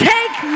Take